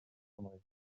fonderie